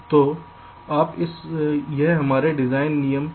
तो यह हमारे डिजाइन नियम का उल्लंघन है